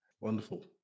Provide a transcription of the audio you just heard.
Wonderful